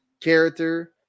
character